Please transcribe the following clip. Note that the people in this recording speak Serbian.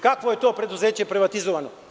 Kako je to preduzeće privatizovano?